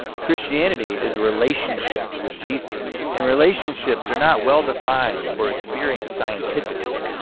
christianity is a relationship with jesus and relationships are not well defined or experienced scientifically.